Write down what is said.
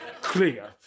Clear